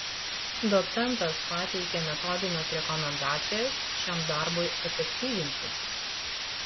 docentas pateikė metodines rekomendacijas šiam darbui efektyvinti